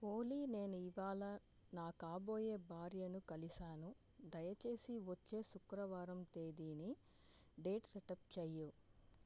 ఓలీ నేను ఇవాళ నా కాబోయే భార్యను కలిశాను దయచేసి వచ్చే శుక్రవారం తేదీని డేట్ సెటప్ చేయు